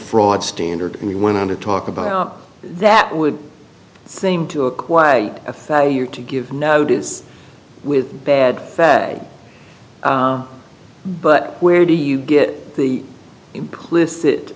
fraud standard and we went on to talk about that would seem to equate a failure to give notice with bad that day but where do you get the implicit